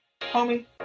homie